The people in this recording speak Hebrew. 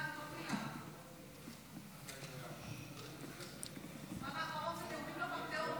עידן, כל מילה, לפנתאון,